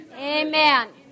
amen